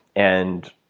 and